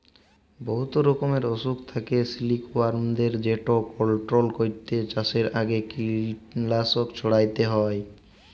বহুত রকমের অসুখ থ্যাকে সিলিকওয়ার্মদের যেট কলট্রল ক্যইরতে চাষের আগে কীটলাসক ছইড়াতে হ্যয়